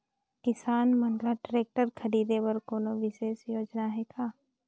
किसान मन ल ट्रैक्टर खरीदे बर कोनो विशेष योजना हे का?